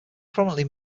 prominently